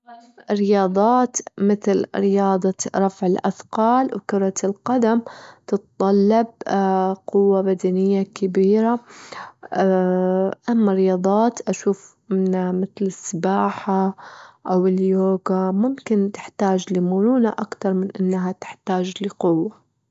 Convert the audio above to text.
الرياضات متل رياضة رفع الأثقال وكرة القدم تتطلب قوة بدنية كبيرة، أما الرياضات أشوف متل السباحة أو اليوجا ممكن تحتاج لمرونة أكتر من أنها تحتاج لقوة.